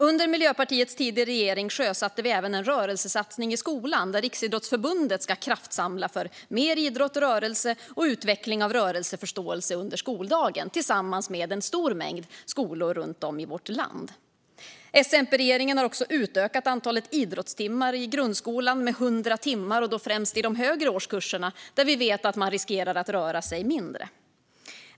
Under Miljöpartiets tid i regering sjösatte vi även en rörelsesatsning i skolan, där Riksidrottsförbundet ska kraftsamla för mer idrott och rörelse och utveckling av rörelseförståelse under skoldagen tillsammans med en stor mängd skolor runt om i vårt land. S-MP-regeringen har också utökat antalet idrottstimmar i grundskolan med 100 timmar, främst i de högre årskurserna, där vi vet att man riskerar att röra sig mindre.